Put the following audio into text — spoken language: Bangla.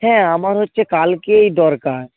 হ্যাঁ আমার হচ্ছে কালকেই দরকার